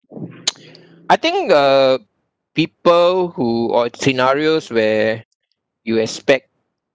I think uh people who or scenarios where you expect